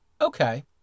Okay